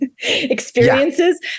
experiences